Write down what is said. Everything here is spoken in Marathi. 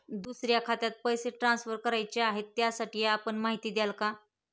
दुसऱ्या खात्यात पैसे ट्रान्सफर करायचे आहेत, त्यासाठी आपण माहिती द्याल का?